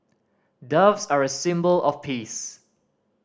doves are a symbol of peace